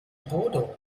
bodo